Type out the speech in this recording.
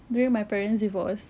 during my parents' divorce